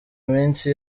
iminsi